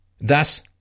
Thus